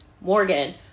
Morgan